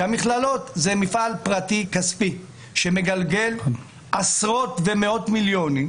שהמכללות זה מפעל פרטי כספי שמגלגל עשרות ומאות מיליונים,